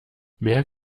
mehr